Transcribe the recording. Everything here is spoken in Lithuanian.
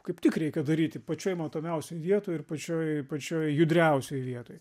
kaip tik reikia daryti pačioj matomiausioj vietoj ir pačioj pačioj judriausioj vietoj